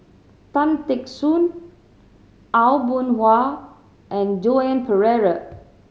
Tan Teck Soon Aw Boon Haw and Joan Pereira